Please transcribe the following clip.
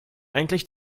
eigentlich